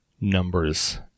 numbers